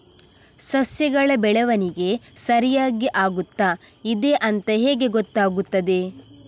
ಸಸ್ಯಗಳ ಬೆಳವಣಿಗೆ ಸರಿಯಾಗಿ ಆಗುತ್ತಾ ಇದೆ ಅಂತ ಹೇಗೆ ಗೊತ್ತಾಗುತ್ತದೆ?